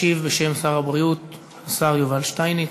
ישיב בשם שר הבריאות השר יובל שטייניץ.